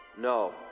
No